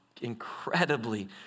incredibly